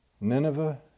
Nineveh